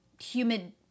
humid